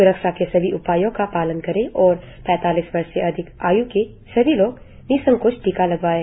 सुरक्षा के सभी उपायों का पालन करें और पैतालीस वर्ष से अधिक आय् के सभी लोग निसंकोच टीका लगवाएं